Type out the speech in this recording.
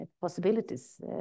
possibilities